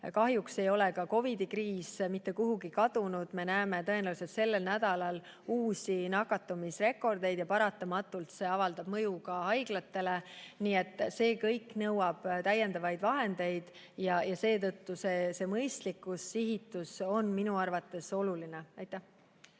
Kahjuks ei ole ka COVID-i kriis mitte kuhugi kadunud, me näeme tõenäoliselt sellel nädalal uusi nakatumisrekordeid ja paratamatult see avaldab mõju ka haiglatele. Nii et see kõik nõuab täiendavaid vahendeid, seetõttu see mõistlikkus ja [raha suunamine] sihitult on minu arvates oluline. Aitäh!